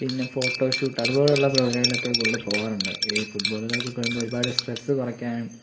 പിന്നെ ഫോട്ടോഷൂട്ട് അതുപോലുള്ള പ്രോഗ്രാമിലൊക്കെ കൂടുതൽ പോകാറുണ്ട് ഈ ഫുട്ബോൾ കളിയൊക്കെ കഴിയുമ്പോൾ ഒരുപാട് സ്ട്രെസ്സ് കുറയ്ക്കാനും